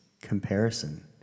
comparison